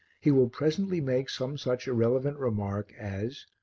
he will presently make some such irrelevant remark as,